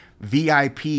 VIP